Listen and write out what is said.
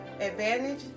advantage